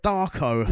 Darko